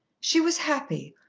she was happy,